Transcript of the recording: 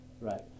Right